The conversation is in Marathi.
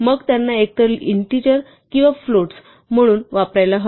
मग त्यांना एकतर ints किंवा floats म्हणून वापरायला हवे